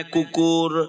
Kukur